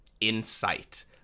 insight